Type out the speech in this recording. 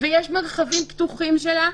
ויש מרחבים פתוחים שלה,